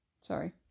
Sorry